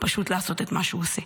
פשוט לעשות את מה שהוא עושה.